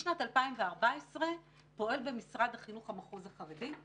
משנת 2014 פועל במשרד החינוך המחוז החרדי,